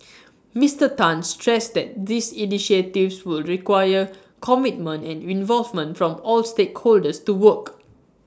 Mister Tan stressed that these initiatives would require commitment and involvement from all stakeholders to work